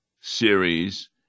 series